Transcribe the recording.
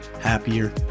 happier